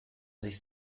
sich